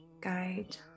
guide